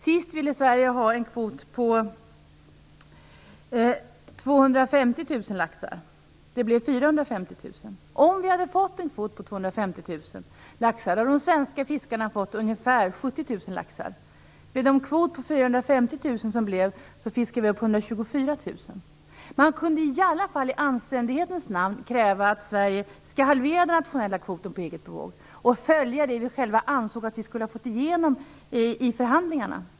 Sist ville Sverige ha en kvot på 250 000 laxar. Det blev 450 000. Om vi hade fått en kvot på 250 000 laxar hade de svenska fiskarna fått ungefär 70 000 laxar. Med den kvot på 450 000 som blev fiskar vi upp 124 000. Man kan i alla fall i anständighetens namn kräva att Sverige skall halvera den nationella kvoten på eget bevåg och följa det vi själva ansåg att vi skulle fått igenom i förhandlingarna.